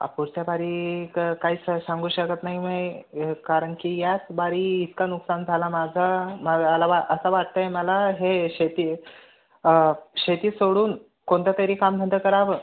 आकोश्ट्यापारी तर काही स सांगू शकत नाही माई हे कारण की याच बारी इतका नुकसान झाला माझा मला ला बा असंं वाटत आहे मला हे शेती शेती सोडून कोणता तरी कामधंदा करावं